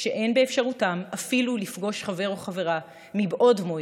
כשאין באפשרותם אפילו לפגוש חבר או חברה מבעוד מועד,